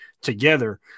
together